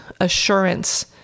assurance